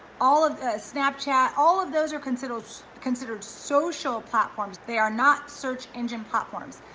all of, snapchat, all of those are considered considered social platforms, they are not search engine platforms.